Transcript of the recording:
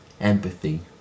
empathy